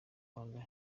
rwanda